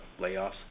layoffs